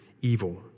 evil